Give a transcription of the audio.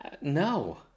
No